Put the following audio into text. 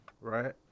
Right